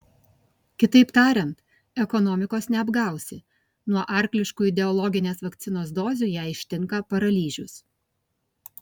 kitaip tariant ekonomikos neapgausi nuo arkliškų ideologinės vakcinos dozių ją ištinka paralyžius